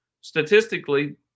Statistically